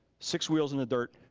six wheels in the dirt,